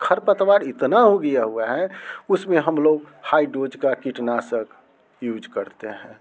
खर पतवार इतना हो गया हुआ है उस में हम लोग हाई डोज का कीटनाशक यूज करते हैं